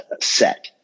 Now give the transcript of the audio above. set